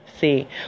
See